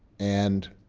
and